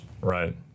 Right